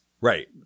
right